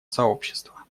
сообщества